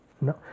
No